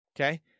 Okay